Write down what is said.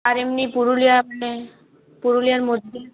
আর এমনি পুরুলিয়া মানে পুরুলিয়ার মধ্যে